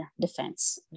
defense